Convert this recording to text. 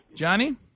johnny